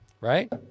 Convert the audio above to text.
right